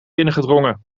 binnengedrongen